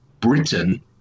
Britain